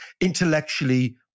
intellectually